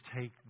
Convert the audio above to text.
take